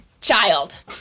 child